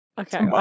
okay